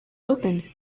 opened